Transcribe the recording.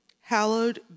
hallowed